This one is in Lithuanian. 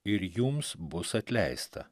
ir jums bus atleista